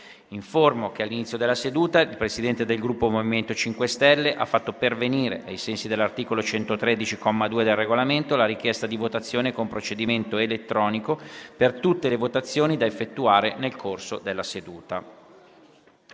che all'inizio della seduta il Presidente del Gruppo MoVimento 5 Stelle ha fatto pervenire, ai sensi dell'articolo 113, comma 2, del Regolamento, la richiesta di votazione con procedimento elettronico per tutte le votazioni da effettuare nel corso della seduta.